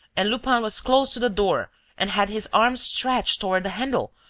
and lupin was close to the door and had his arm stretched toward the handle,